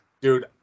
Dude